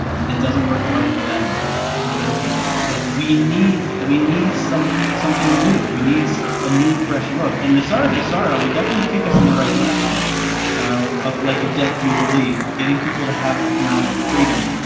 and it doesn't work well for them and their people. so we need, we need some something new, we need so a new fresh look. and the surge, asara would definitely kick us in the right direction of like a debt jubilee, getting people to have economic freedom,